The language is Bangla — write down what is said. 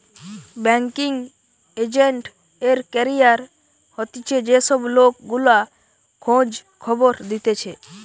বেংকিঙ এজেন্ট এর ক্যারিয়ার হতিছে যে সব লোক গুলা খোঁজ খবর দিতেছে